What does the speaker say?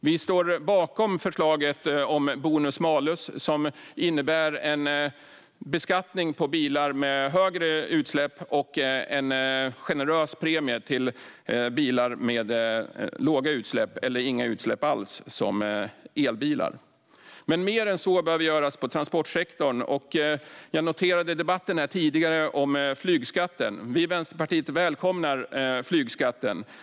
Vi står bakom förslaget om bonus-malus. Det innebär en beskattning på bilar med högre utsläpp och en generös premie till bilar med låga utsläpp eller inga utsläpp alls, som elbilar. Mer än så behöver göras på transportsektorn. Jag noterade debatten tidigare om flygskatten. Vi i Vänsterpartiet välkomnar flygskatten.